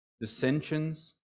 dissensions